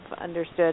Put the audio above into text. understood